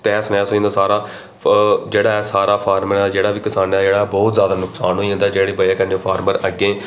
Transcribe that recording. तैह्स नैह्स होई जंदा ओह् सारा जेह्ड़ा है सारा जेह्ड़ा बी किसान ऐ बहुत ज्यादा नुक्सान होई जंदा ऐ जेह्दी बजह कन्नै फार्मर अग्गै मतलब कि अग्गै